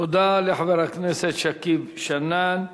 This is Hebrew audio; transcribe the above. תודה לחבר הכנסת שכיב שנאן.